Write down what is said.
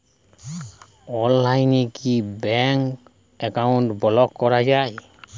অনলাইনে কি bank account block করা য়ায়?